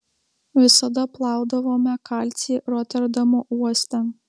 visada plaudavome kalcį roterdamo uoste